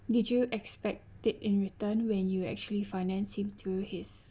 did you expect it in return when you actually financing to his